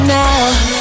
now